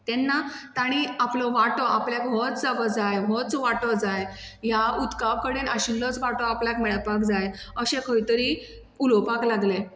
तेन्ना तांणी आपलो वांटो आपल्याक होच जागो जाय होच वांटो जाय ह्या उदका कडेन आशिल्लोच वांटो आपणाक मेळपाक जाय अशें खंय तरी उलोवपाक लागले